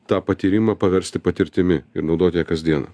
tą patyrimą paversti patirtimi ir naudoti ją kas dieną